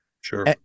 Sure